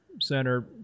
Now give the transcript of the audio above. Center